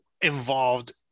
involved